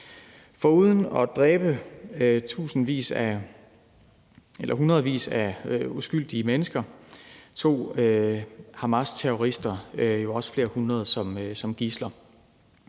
Foruden at dræbe hundredvis af uskyldige mennesker tog Hamasterrorister jo også flere hundrede som gidsler.